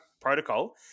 protocol